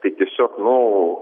tai tiesiog o